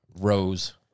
rose